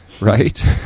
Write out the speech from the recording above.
right